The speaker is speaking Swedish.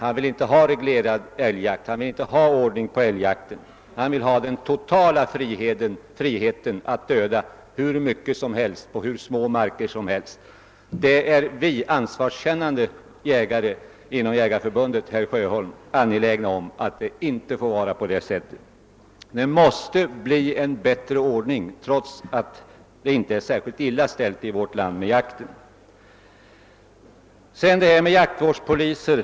Han vill inte ha ordning på älgjakten, han vill ha total frihet att döda hur mycket som helst på hur små marker som helst. Vi ansvarskännande jägare inom Jägareförbundet, herr Sjöholm, är angelägna om att det inte får vara på det sättet. Det måste bli en bättre ordning, trots att det inte är särskilt illa ställt med jakten i vårt land. Så har vi förslaget om jaktvårdspoliser.